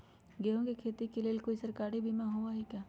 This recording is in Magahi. गेंहू के खेती के लेल कोइ सरकारी बीमा होईअ का?